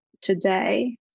today